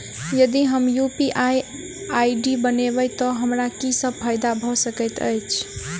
यदि हम UPI ID बनाबै तऽ हमरा की सब फायदा भऽ सकैत अछि?